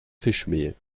fischmehl